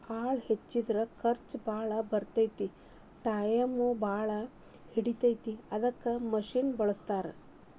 ಆಳ ಹಚ್ಚಿದರ ಖರ್ಚ ಬಾಳ ಬರತತಿ ಟಾಯಮು ಬಾಳ ಹಿಡಿತತಿ ಅದಕ್ಕ ಮಿಷನ್ ಬಳಸಾಕತ್ತಾರ